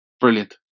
Brilliant